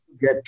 get